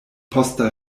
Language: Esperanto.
posta